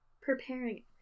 preparing